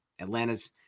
Atlanta's